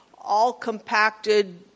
all-compacted